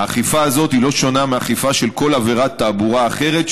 האכיפה הזאת לא שונה מאכיפה בכל עבירת תעבורה אחרת,